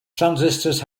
transistors